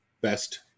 best